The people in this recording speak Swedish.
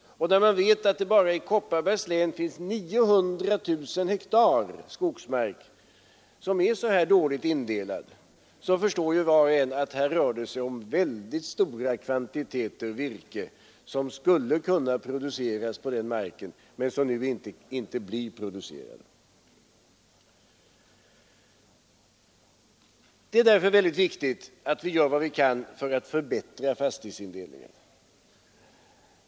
När man vet att det bara i Kopparbergs län finns 900 000 hektar skogsmark som är dåligt indelad förstår var och en att det rör sig om väldigt stora kvantiteter virke som skulle kunna produceras på den marken men som nu inte blir producerade. Det är därför väldigt viktigt att vi gör vad vi kan för att förbättra fastighetsindelningen.